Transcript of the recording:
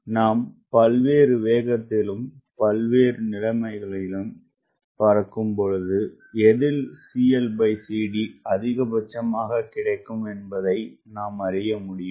எனவே நாம் பல்வேறு வேகத்திலும் பல்வேறுநிலைமைகளும்பறக்கும் பொழுதுஎதில்CLCD அதிகபட்சமாககிடைக்கும் என்பதை நாம் அறிய முடியும்